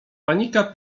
panika